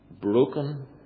broken